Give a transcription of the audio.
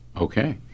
Okay